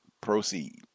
proceed